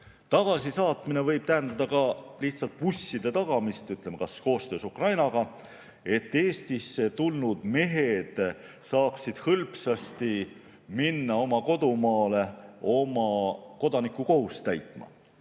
Tagasisaatmine võib tähendada ka lihtsalt busside tagamist, ütleme, kas või koostöös Ukrainaga, et Eestisse tulnud mehed saaksid hõlpsasti minna oma kodumaale oma kodanikukohust täitma.